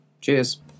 Cheers